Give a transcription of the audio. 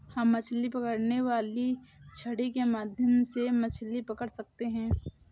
हम मछली पकड़ने वाली छड़ी के माध्यम से मछली पकड़ सकते हैं